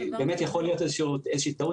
כי באמת יכול להיות שתהיה איזושהי טעות